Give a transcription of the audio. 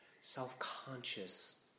self-conscious